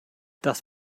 das